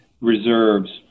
reserves